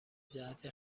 جهت